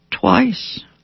twice